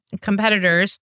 competitors